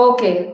Okay